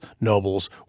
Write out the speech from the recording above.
nobles